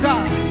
God